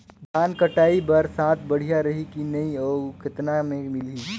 धान कटाई बर साथ बढ़िया रही की नहीं अउ कतना मे मिलही?